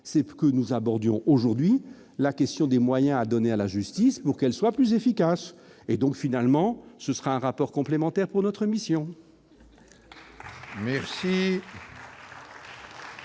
pour que nous abordions aujourd'hui la question des moyens affectés à la justice pour qu'elle soit plus efficace. Ce sera finalement un rapport complémentaire pour notre mission. La